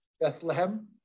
Bethlehem